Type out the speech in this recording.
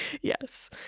Yes